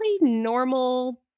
normal